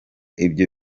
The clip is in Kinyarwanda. ibyo